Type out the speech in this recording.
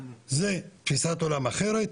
זו תפיסת עולם אחרת.